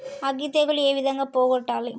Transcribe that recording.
అగ్గి తెగులు ఏ విధంగా పోగొట్టాలి?